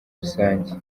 rusange